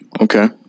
Okay